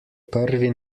prvi